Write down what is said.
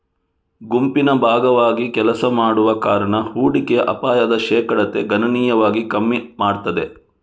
ಗುಂಪಿನ ಭಾಗವಾಗಿ ಕೆಲಸ ಮಾಡುವ ಕಾರಣ ಹೂಡಿಕೆಯ ಅಪಾಯದ ಶೇಕಡತೆ ಗಣನೀಯವಾಗಿ ಕಮ್ಮಿ ಮಾಡ್ತದೆ